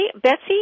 Betsy